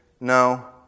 No